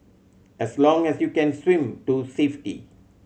as long as you can swim to safety